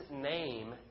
name